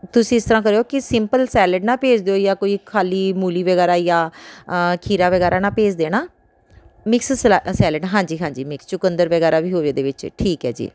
ਤੁਸੀਂ ਇਸ ਤਰ੍ਹਾਂ ਕਰਿਓ ਕਿ ਸਿੰਪਲ ਸੈਲਡ ਨਾਲ ਭੇਜ ਦਿਓ ਜਾਂ ਕੋਈ ਖਾਲੀ ਮੂਲੀ ਵਗੈਰਾ ਜਾਂ ਖੀਰਾ ਵਗੈਰਾ ਨਾਲ ਭੇਜ ਦੇਣਾ ਮਿਕਸ ਸਲੈ ਸੈਲਡ ਹਾਂਜੀ ਹਾਂਜੀ ਮਿਕਸ ਚੁਕੰਦਰ ਵਗੈਰਾ ਵੀ ਹੋਵੇ ਉਹਦੇ ਵਿੱਚ ਠੀਕ ਹੈ ਜੀ